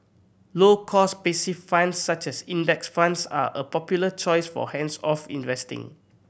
low cost passive funds such as Index Funds are a popular choice for hands off investing